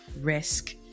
risk